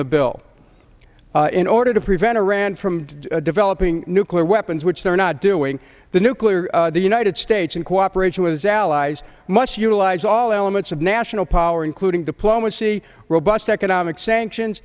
the bill in order to prevent iran from developing nuclear weapons which they are not doing the nuclear the united states in cooperation with his allies much utilize all elements of national power including diplomacy robust economic sanctions